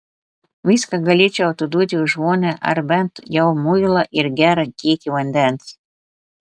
viską galėčiau atiduoti už vonią ar bent jau muilą ir gerą kiekį vandens